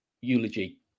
eulogy